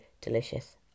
Delicious